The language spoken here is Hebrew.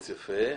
יפה.